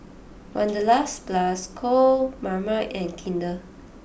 Wanderlust Plus Co Marmite and Kinder